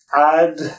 add